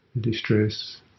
distress